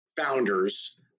founders